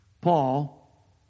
Paul